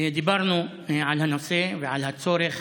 דיברנו על הנושא ועל הצורך